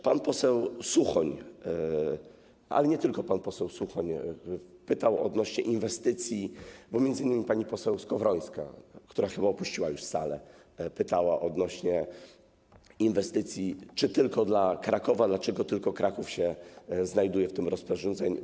Pan poseł Suchoń, ale nie tylko pan poseł Suchoń, pytał odnośnie do inwestycji, bo m.in. pani poseł Skowrońska, która chyba już opuściła salę, pytała odnośnie do inwestycji, czy tylko dla Krakowa, dlaczego tylko Kraków się znajduje w tym rozporządzeniu.